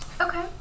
Okay